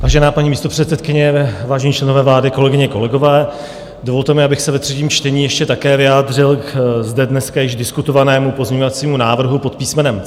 Vážená paní místopředsedkyně, vážení členové vlády, kolegyně, kolegové, dovolte mi, abych se ve třetím čtení ještě také vyjádřil ke zde dneska již diskutovanému pozměňovacímu návrhu pod písmenem C.